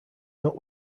not